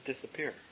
disappear